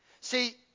See